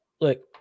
look